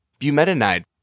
bumetanide